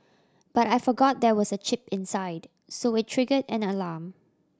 but I forgot there was a chip inside so it triggered an alarm